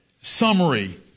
summary